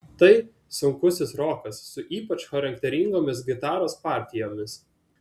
tai sunkusis rokas su ypač charakteringomis gitaros partijomis